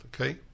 okay